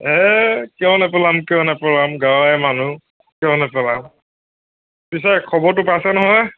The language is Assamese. এ কিয় নেপেলাম কিয় নেপেলাম গাঁৱৰে মানুহ কিয় নেপেলাম পিছে খবৰটো পইছে নহয়